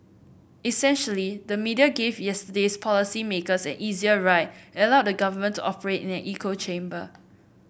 essentially the media gave yesterday's policy makers an easier ride and allowed the government to operate in an echo chamber